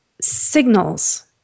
signals